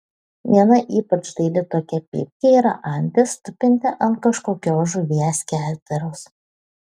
viena ypač daili tokia pypkė yra antis tupinti ant kažkokios žuvies keteros